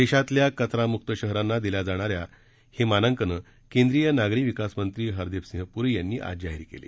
देशातल्या कचरा मुक्त शहरांना दिल्या जाणाऱ्या ही मानांकनं केंद्रीय नागरी विकास मंत्री हरदिपसिंह पुरी यांनी आज जाहीर केली